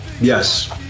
Yes